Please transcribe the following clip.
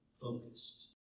focused